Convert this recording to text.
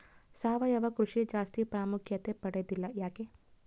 ಸಾವಯವ ಕೃಷಿ ಜಾಸ್ತಿ ಪ್ರಾಮುಖ್ಯತೆ ಪಡೆದಿಲ್ಲ ಯಾಕೆ?